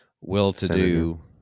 will-to-do